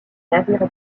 navires